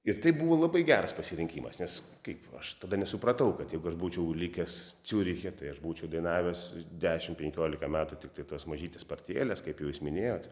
ir tai buvo labai geras pasirinkimas nes kaip aš tada nesupratau kad jeigu aš būčiau likęs ciuriche tai aš būčiau dainavęs dešim penkiolika metų tiktai tos mažytės partijėlės kaip jau jūs minėjot